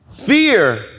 Fear